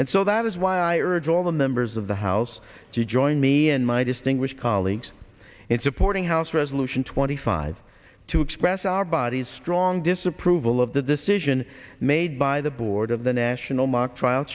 and so that is why i urge all the members of the house to join me in my distinguished colleagues in supporting house resolution twenty five to express our bodies strong disapproval of the decision made by the board of the national mock trial